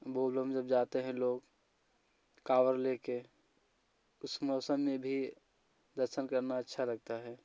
बोल बम जब जाते हैं लोग कावड़ ले कर उस मौसम में भी दर्शन करना अच्छा लगता है